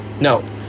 No